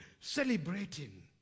celebrating